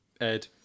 Ed